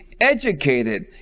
educated